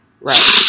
Right